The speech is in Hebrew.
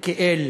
כאל